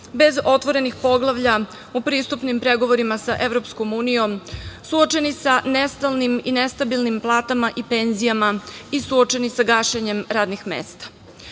bez otvorenih poglavlja u pristupnim pregovorima sa EU, suočeni sa nestalnim i nestabilnim platama i penzijama i suočeni sa gašenjem radnim mesta. Ono